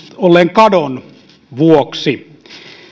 kadon vuoksi